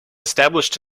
established